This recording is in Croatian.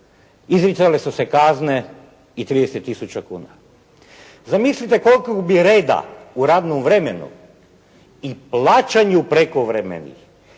Izricale su se kazne i 30 tisuća kuna. Zamislite kolikog bi reda u radnom vremenu i plaćanju prekovremenih,